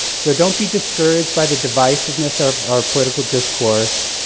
so, don't be discouraged by the divisiveness of our political discourse,